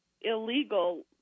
illegal